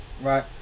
Right